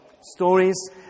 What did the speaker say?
stories